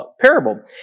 parable